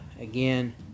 again